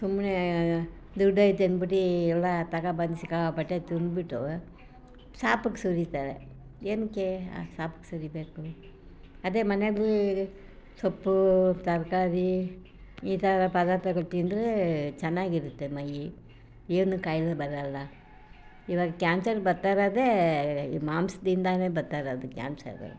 ಸುಮ್ಮನೆ ದುಡ್ಡು ಐತೆ ಅಂದ್ಬಿಟ್ಟು ಎಲ್ಲ ತಗೊಂಡ್ಬಂದು ಸಿಕ್ಕಾಪಟ್ಟೆ ತಿಂದ್ಬಿಟ್ಟು ಸಾಪಿಗೆ ಸುರಿತಾರೆ ಏನಕ್ಕೆ ಆ ಸಾಪಿಗೆ ಸುರಿಬೇಕು ಅದೇ ಮನೆಯಲ್ಲಿ ಸೊಪ್ಪು ತರಕಾರಿ ಈ ಥರ ಪದಾರ್ಥಗಳು ತಿಂದರೆ ಚೆನ್ನಾಗಿರುತ್ತೆ ಮೈಯ್ಯಿ ಏನೂ ಕಾಯಿಲೆ ಬರೋಲ್ಲ ಈವಾಗ ಕ್ಯಾನ್ಸರ್ ಬರ್ತಾಯಿರೋದೇ ಈ ಮಾಂಸದಿಂದಲೇ ಬರ್ತಾಯಿರೋದು ಕ್ಯಾನ್ಸರು